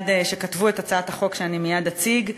שכתבו את הצעת החוק שאני אציג מייד.